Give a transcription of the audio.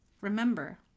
Remember